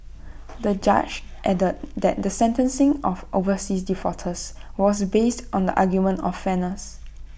the judge added that the sentencing of overseas defaulters was based on the argument of fairness